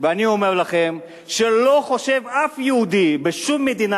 ואני אומר לכם שאף יהודי בשום מדינה